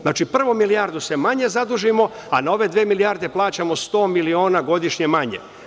Znači, prvo milijardu manje se zadužimo, pa ove dve milijarde plaćamo sto miliona godišnje manje.